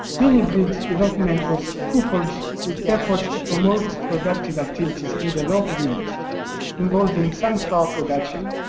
mini grid development was coupled with the effort to promote productive activities in the local village involving sunflower production,